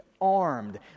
armed